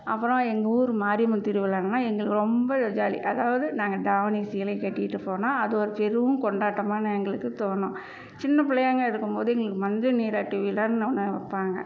அப்புறோம் எங்கள் ஊர் மாரியம்மன் திருவிழானால் எங்களுக்கு ரொம்ப ஜாலி அதாவது நாங்கள் தாவணி சீலையை கட்டிகிட்டு போனால் அது ஒரு பெருங் கொண்டாட்டமான எங்களுக்கு தோணும் சின்ன பிள்ளையாங்கா இருக்கும் போது எங்களுக்கு மஞ்சள் நீராட்டு விழான்னு ஒன்று வைப்பாங்க